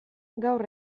gaur